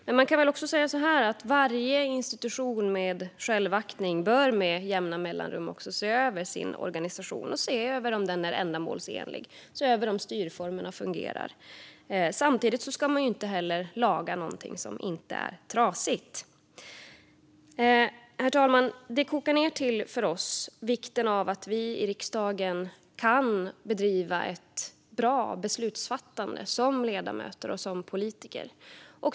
Men man kan väl också säga att varje institution med självaktning bör med jämna mellanrum se över sin organisation för att se om den är ändamålsenlig och om styrformerna fungerar. Samtidigt ska man inte laga någonting som inte är trasigt. Herr talman! Det kokar för oss ned till vikten av att vi i riksdagen kan bedriva ett bra beslutsfattande som ledamöter och politiker.